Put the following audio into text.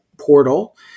portal